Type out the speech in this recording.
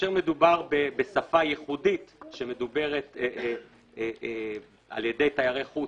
כאשר מדובר בשפה ייחודית שמדוברת על ידי תיירי חוץ,